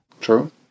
True